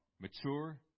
mature